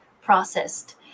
processed